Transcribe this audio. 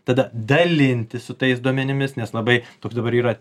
tada dalintis su tais duomenimis nes labai toks dabar yra